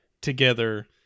together